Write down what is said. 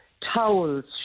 towels